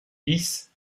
bis